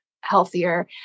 healthier